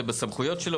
זה בסמכויות שלו,